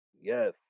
Yes